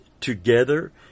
together